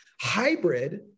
Hybrid